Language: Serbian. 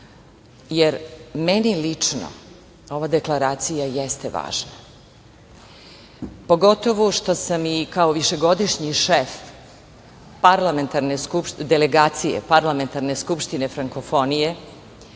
jer meni lično ova deklaracija jeste važno, pogotovo što sam i kao višegodišnji šef delegacije Parlamentarne skupštine frankofonije,